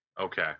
Okay